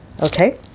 Okay